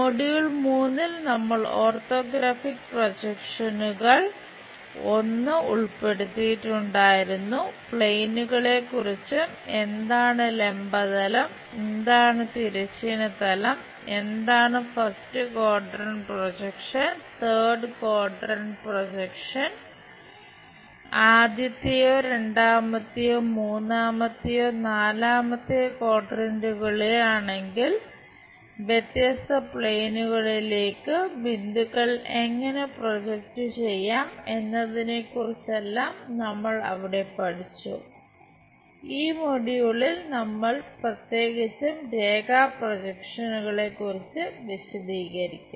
module 3 ൽ നമ്മൾ orthographic പ്രൊജക്ഷനുകൾ I ഉൾപ്പെടുത്തിയിട്ടുണ്ടായിരുന്നു പ്ലെയിനുകളെക്കുറിച്ചും വിശദീകരിക്കും